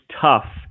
tough